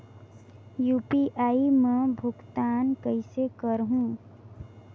UPI मा भुगतान कइसे करहूं?